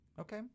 Okay